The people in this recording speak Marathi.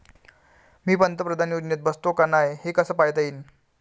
मी पंतप्रधान योजनेत बसतो का नाय, हे कस पायता येईन?